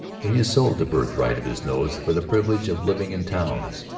for he has sold the birthright of his nose for the privilege of living in towns.